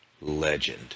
Legend